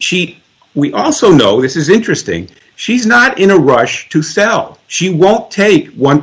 cheap we also know this is interesting she's not in a rush to sell she won't take one